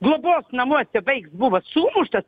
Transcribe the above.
globos namuose vaiks buvo sumuštas